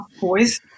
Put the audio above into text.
boys